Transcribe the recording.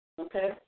Okay